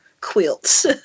quilts